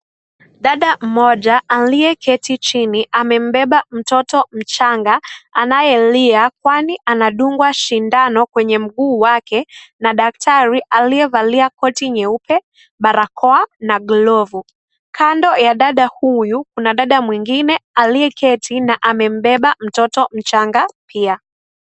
Dada mmoja aliyeketi chini amembeba mtoto mchanga anayelia kwani anadungwa sindano kwenye mguu wake na daktari alaiyevalia kot jeupe, barakoa na glovu. Kando ya dada huyu kuna dada mwengine aliyeketi na amembeba mtoto mchanga pia.